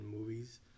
movies